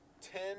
ten